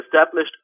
established